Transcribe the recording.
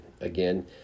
again